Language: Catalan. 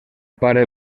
pare